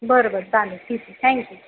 बरं बरं चालेल ठीक आहे थँक्यू